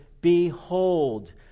behold